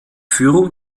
führung